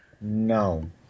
No